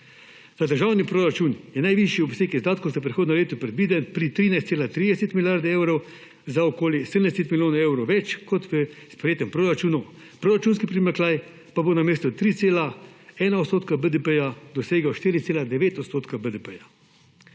Za državni proračun je najvišji obseg izdatkov za prihodnje leto predviden pri 13,30 milijarde evrov, za okoli 70 milijonov evrov več kot v sprejetem proračunu, proračunski primanjkljaj pa bo namesto 3,1 % BDP dosegel 4,9 % BDP.